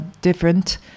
different